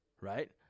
right